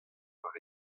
war